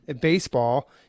baseball